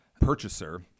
purchaser